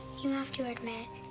you have to admit,